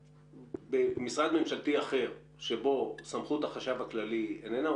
משרד ממשלתי אחר שבו סמכות החשב הכללי איננה?